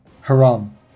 haram